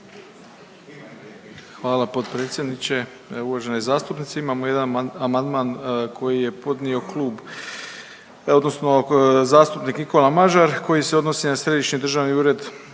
Hvala potpredsjedniče. Evo uvaženi zastupnici imamo jedan amandman koji je podnio klub odnosno zastupnik Nikola Mažar koji se odnosi na Središnji državni ured